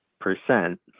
percent